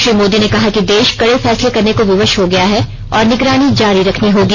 श्री मोदी ने कहा कि देश कड़े फैसले करने को विवश हो गया है और निगरानी जारी रखनी होगी